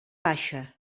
baixa